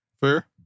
Fair